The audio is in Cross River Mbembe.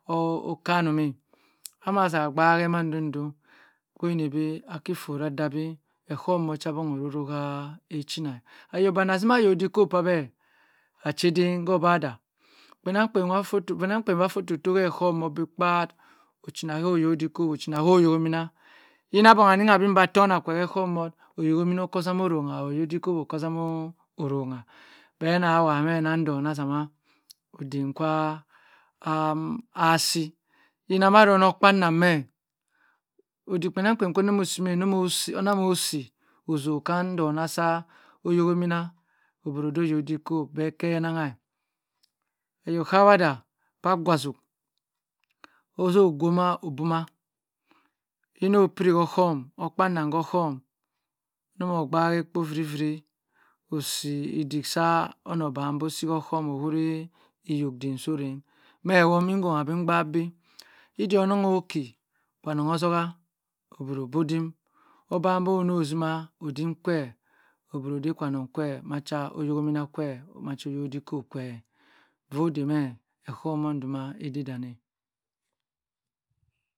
Okane-meh hamah sah mgbak mandodo oweni bi aki fohr adia beh ekoma cha bangha aroro hechen chinah oyok bane atima ayok dikop pah beh acheden koh obadah kpenang kpen afototoh heh ehor obi kpat ochena ho oyok dikop ochena oyokmina inah bangha bini bah atonah kwa eho-mon oyok mina okoh ogungha oyok chikop osamoh orongha beh nah wah-heh nah ndona agama otim kwa asi yin aro kpenem-meh odik kpenang kpen kwo usi meh kwo moh usi anamo usi usokan kwa si namaro okpanem ameh odikpenang kpen kwu usi meh uno moh usi onamoh usi usok kam intonah sah oyokhi mina oboro udio oyok dikop keh enangha ayok kwa wada pah gwa atuk oso ogwo ma obuma ino opiri oku okpanam koh ohom inem ogba ekpo furi furi usi idik sa ano bam-bo usi okom owuri eyok dim soh orem meh woh minghom apin gbaak bi edi onung deeh kwanen otogha oboro obodim obanbo no osina udim kwe oboro odey akwanem kwe ma cha ayok minah kwe ma cha oyomina kwe ofuh odey meh ahu munduma etem ede deneh